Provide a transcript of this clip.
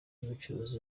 y’ubucuruzi